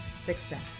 success